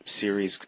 series